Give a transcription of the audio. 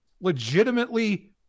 legitimately